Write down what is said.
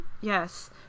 Yes